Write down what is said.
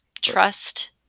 trust